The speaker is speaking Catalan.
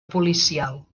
policial